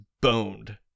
boned